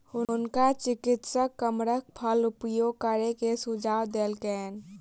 हुनका चिकित्सक कमरख फल उपभोग करै के सुझाव देलकैन